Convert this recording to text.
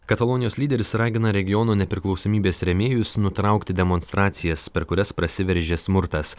katalonijos lyderis ragina regiono nepriklausomybės rėmėjus nutraukti demonstracijas per kurias prasiveržė smurtas